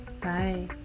Bye